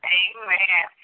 amen